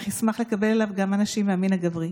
אך ישמח לקבל אליו גם אנשים מהמין הגברי.